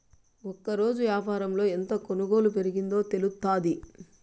ఒకరోజు యాపారంలో ఎంత కొనుగోలు పెరిగిందో తెలుత్తాది